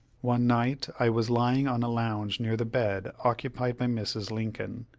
one night i was lying on a lounge near the bed occupied by mrs. lincoln.